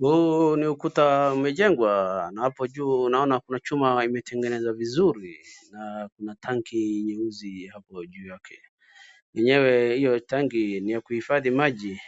Huu ni ukuta umejengwa na hapo juu unaona kuna chuma imetengenezwa vizuri na kuna tanki nyeusi hapo juu yake. Enyewe hiyo tanki ni ya kuhifadhi maji